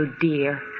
dear